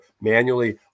manually